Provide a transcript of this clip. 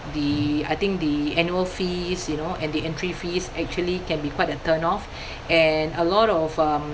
the I think the annual fees you know and the entry fees actually can be quite a turn-off and a lot of um